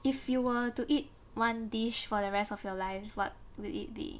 if you were to eat one dish for the rest of your life what would it be